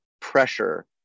pressure